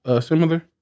similar